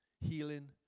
healing